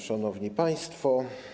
Szanowni Państwo!